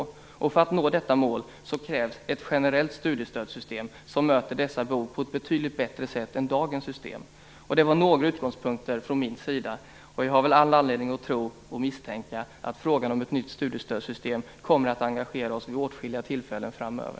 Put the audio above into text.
För att vi skall nå detta mål krävs ett generellt studiestödssystem som möter dessa behov på ett betydligt bättre sätt än dagens system. Det var några utgångspunkter från min sida. Jag har all anledning att tro och misstänka att frågan om ett nytt studiestödssystem kommer att engagera oss vid åtskilliga tillfällen framöver.